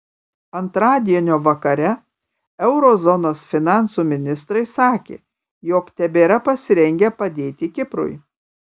antradienio vakare euro zonos finansų ministrai sakė jog tebėra pasirengę padėti kiprui